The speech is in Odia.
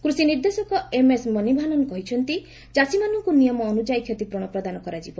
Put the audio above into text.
କୃଷି ନିର୍ଦ୍ଦେଶକ ଏମ୍ଏସ୍ ମନିଭାନନ କହିଛନ୍ତି ଚାଷୀମାନଙ୍କୁ ନିୟମ ଅନୁଯାୟୀ କ୍ଷତିପୂରଣ ପ୍ରଦାନ କରାଯିବ